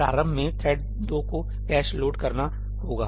प्रारंभ में थ्रेड 2 को कैश लोड करना होगा